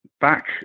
back